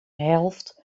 helft